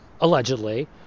allegedly